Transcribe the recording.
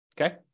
Okay